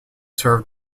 served